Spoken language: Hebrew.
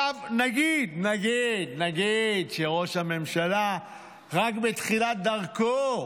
עכשיו נגיד, נגיד, שראש הממשלה רק בתחילת דרכו,